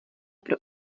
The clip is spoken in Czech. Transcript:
pro